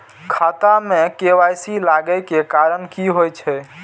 खाता मे के.वाई.सी लागै के कारण की होय छै?